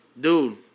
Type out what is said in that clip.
Dude